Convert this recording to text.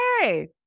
hey